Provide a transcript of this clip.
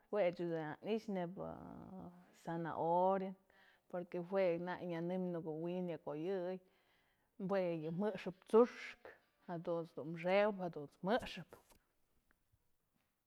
Jue ëch du ya ni'exë zanahoria, nebya zanahoria porque jue nak nyënëm në ko'o w'in yëk oyëy, juek yë mëxëp t'su'ukë, jadut's dun xëwëp, jadunt's jëxëp.